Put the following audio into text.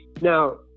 now